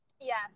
Yes